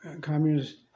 Communist